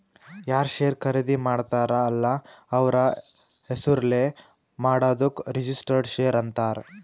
ಯಾರ್ ಶೇರ್ ಖರ್ದಿ ಮಾಡ್ತಾರ ಅಲ್ಲ ಅವ್ರ ಹೆಸುರ್ಲೇ ಮಾಡಾದುಕ್ ರಿಜಿಸ್ಟರ್ಡ್ ಶೇರ್ ಅಂತಾರ್